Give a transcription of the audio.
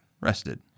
Rested